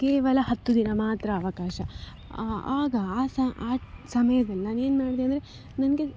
ಕೇವಲ ಹತ್ತು ದಿನ ಮಾತ್ರ ಅವಕಾಶ ಆಗ ಸ ಆ ಸಮಯದಲ್ಲಿ ನಾನೇನು ಮಾಡ್ದೆ ಅಂದರೆ ನನಗೆ